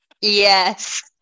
yes